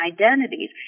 identities